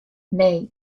nee